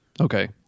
Okay